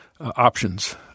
options